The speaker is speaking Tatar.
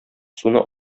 суны